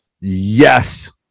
Yes